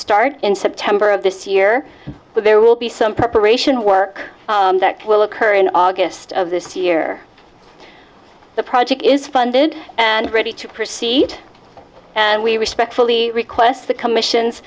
start in september of this year but there will be some preparation work that will occur in august of this year the project is funded and ready to proceed and we respectfully request the commission